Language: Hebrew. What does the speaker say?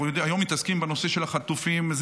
היום מתעסקים בנושא של החטופים,